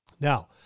Now